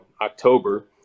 October